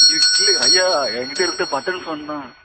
ஐயோ இல்லைங்க ஐயா என்கிட்ட இருக்கிறது பட்டன் ஃபோன் தான்